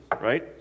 right